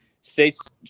States